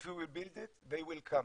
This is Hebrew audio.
if you will build it they will come.